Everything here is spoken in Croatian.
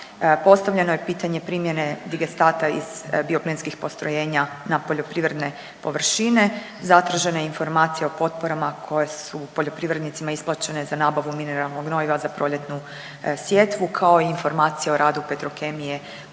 Postavljeno je pitanje primjene Digestata iz bioplinskih postrojenja na poljoprivredne površine, zatražena je informacija o potporama koje su poljoprivrednicima isplaćene za nabavu mineralnog gnojiva za proljetnu sjetvu kao i informacija o radu Petrokemije u Kutini